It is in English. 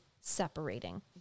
separating